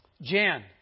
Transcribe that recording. Jan